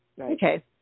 okay